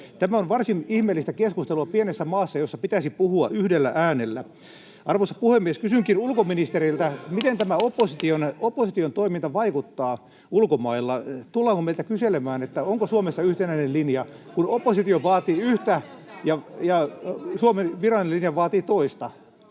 Tämä on varsin ihmeellistä keskustelua pienessä maassa, jossa pitäisi puhua yhdellä äänellä. [Välihuutoja — Puhemies koputtaa] Arvoisa puhemies! Kysynkin ulkoministeriltä: Miten tämä opposition toiminta vaikuttaa ulkomailla? Tullaanko meiltä kyselemään, onko Suomessa yhtenäinen linja, kun oppositio vaatii yhtä ja Suomen virallinen linja vaatii toista.